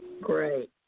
Great